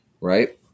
Right